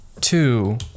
two